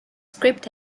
script